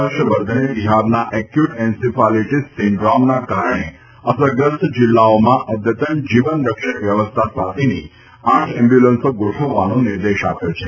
હર્ષવર્ધને બિહારના acute encephalitis સીન્ડ્રોમના કારણે અસરગ્રસ્ત જિલ્લાઓમાં અઘતન જીવન રક્ષક વ્યવસ્થા સાથેની આઠ એમ્બ્યુલન્સો ગોઠવવાનો નિર્દેશ આપ્યો છે